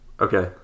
Okay